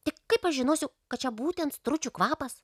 tik kaip aš žinosiu kad čia būtent stručių kvapas